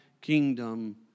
kingdom